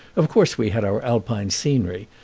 of course we had our alpine scenery,